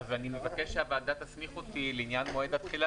אני מבקש שהוועדה תסמיך אותי לעניין מועד התחילה